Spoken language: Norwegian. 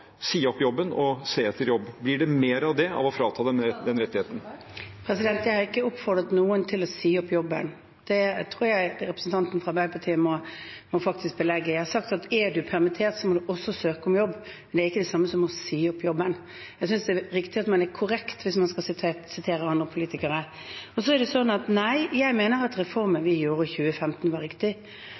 si opp jobben og se etter jobb. Blir det mer av det av å frata dem denne rettigheten? Jeg har ikke oppfordret noen til å si opp jobben. Det tror jeg representanten fra Arbeiderpartiet faktisk må belegge. Jeg har sagt at er man permittert, må man også søke om jobb, men det er ikke det samme som å si opp jobben. Jeg synes det er riktig at man er korrekt hvis man skal sitere andre politikere. Jeg mener at reformen vi hadde i 2015, var riktig.